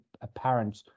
apparent